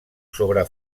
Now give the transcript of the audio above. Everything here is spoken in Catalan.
sobre